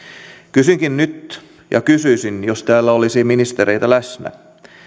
kysynkin nyt kysyisin jos täällä olisi ministereitä läsnä